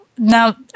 Now